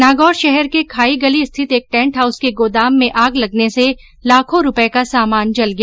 नागौर शहर के खाई गली स्थित एक टैंट हाउस के गोदाम में आग लगने से लाखों रूपये का सामान जल गया